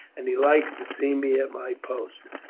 and he likes to see me at my post.